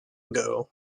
ago